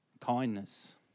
kindness